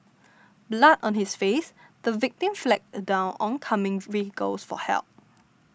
blood on his face the victim flagged down oncoming vehicles for help